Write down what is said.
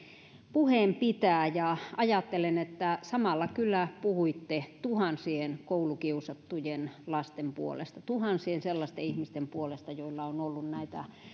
puheen pitää ja ajattelen että samalla kyllä puhuitte tuhansien koulukiusattujen lasten puolesta tuhansien sellaisten ihmisten puolesta joilla on ollut näitä